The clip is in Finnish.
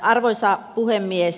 arvoisa puhemies